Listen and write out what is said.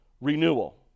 renewal